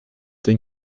den